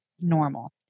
normal